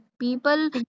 people